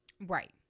Right